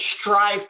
strive